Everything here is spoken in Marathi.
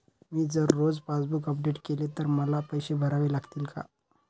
मी जर रोज पासबूक अपडेट केले तर मला पैसे भरावे लागतील का?